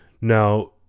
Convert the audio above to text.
Now